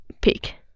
pick